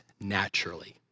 naturally